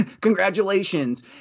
Congratulations